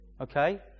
okay